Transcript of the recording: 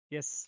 Yes